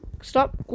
Stop